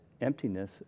emptiness